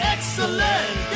Excellent